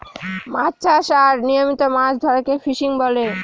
মাছ চাষ আর নিয়মিত মাছ ধরাকে ফিসিং বলে